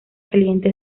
clientes